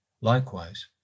Likewise